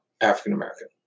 African-American